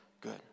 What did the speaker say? good